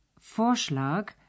Vorschlag